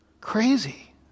Crazy